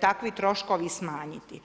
takvi troškovi smanjiti.